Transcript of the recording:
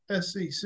sec